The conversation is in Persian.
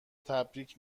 تبریک